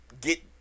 get